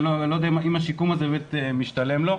אני לא יודע אם השיקום הזה באמת משתלם לו,